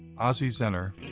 ozzie zehner,